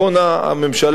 הממשלה הזאת,